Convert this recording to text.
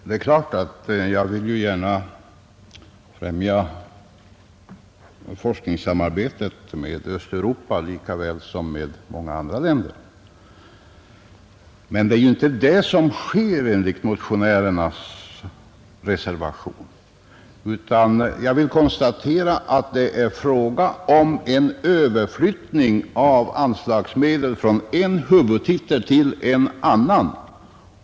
Herr talman! Det är klart att jag gärna vill främja forskningssamarbetet med de östeuropeiska länderna lika väl som med många andra länder. Men det är ju inte det som sker enligt motionen och reservationen, utan jag konstaterar att det är fråga om en överflyttning av anslagsmedel från en huvudtitel till en annan.